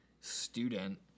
student